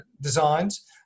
designs